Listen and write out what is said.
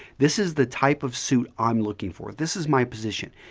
this is the type of suit i'm looking for. this is my position.